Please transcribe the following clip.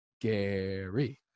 Gary